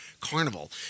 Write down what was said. Carnival